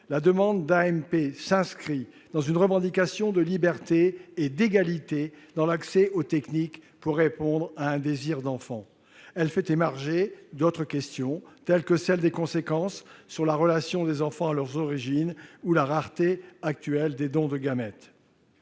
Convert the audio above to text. la demande d'AMP s'inscrit dans une revendication de liberté et d'égalité dans l'accès aux techniques pour répondre à un désir d'enfant. Elle fait émerger d'autres questions, telles que celles des conséquences d'une ouverture du dispositif sur la relation des enfants à leurs origines ou de la rareté actuelle des dons de gamètes.